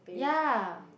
ya